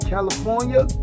California